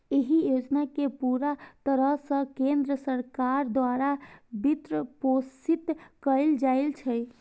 एहि योजना कें पूरा तरह सं केंद्र सरकार द्वारा वित्तपोषित कैल जाइ छै